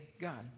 God